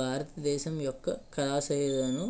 భారతదేశం యొక్క కళా శైలులను